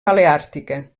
paleàrtica